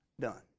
done